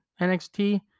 NXT